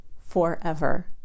forever